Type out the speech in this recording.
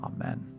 Amen